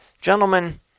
gentlemen